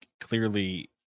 clearly